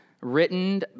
written